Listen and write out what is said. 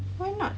why not